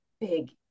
big